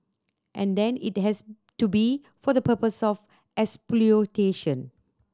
and then it has to be for the purpose of exploitation